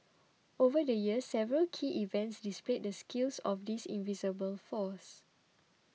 over the years several key events displayed the skills of this invisible force